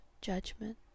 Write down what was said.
judgment